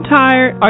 tired